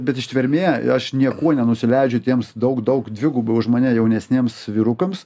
bet ištvermėje aš niekuo nenusileidžiu tiems daug daug dvigubai už mane jaunesniems vyrukams